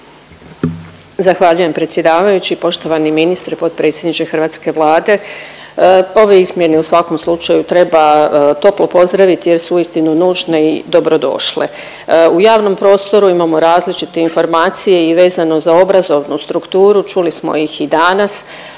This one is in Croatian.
Zahvaljujem predsjedavajući, poštovani ministre, potpredsjedniče hrvatske Vlade, ove izmjene u svakom slučaju treba toplo pozdraviti jer su istinu nužne i dobrodošle. U javnom prostoru imamo različite informacije i vezano za obrazovnu strukturu, čuli smo ih i danas.